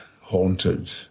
haunted